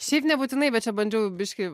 šiaip nebūtinai bet čia bandžiau biškį